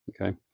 okay